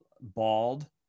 bald